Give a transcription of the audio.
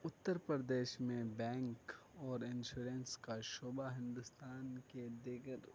اترپردیش میں بینک اور انشورنس کا شعبہ ہندوستان کے دیگر